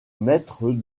maître